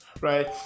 right